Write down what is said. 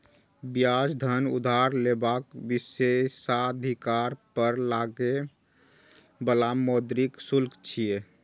ब्याज धन उधार लेबाक विशेषाधिकार पर लागै बला मौद्रिक शुल्क छियै